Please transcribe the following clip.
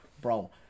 Bro